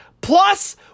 Plus